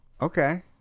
okay